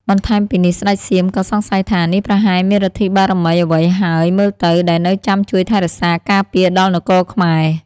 បន្ថែមពីនេះស្ដេចសៀមក៏សង្ស័យថា នេះប្រហែលមានឬទ្ធិបារមីអ្វីហើយមើលទៅ ដែលនៅចាំជួយថែរក្សា ការពារដល់នគរខ្មែរ។